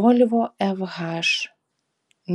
volvo fh